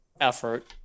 effort